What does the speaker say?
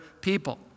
people